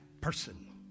person